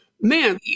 man